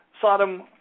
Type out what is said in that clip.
Sodom